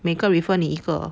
每个 refer 你一个